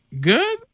good